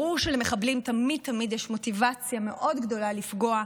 ברור שלמחבלים תמיד תמיד יש מוטיבציה מאוד גדולה לפגוע,